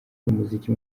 umuziki